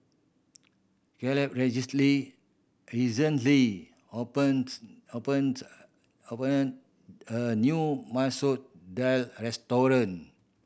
Caleb recently opens opened open a new Masoor Dal restaurant